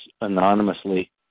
anonymously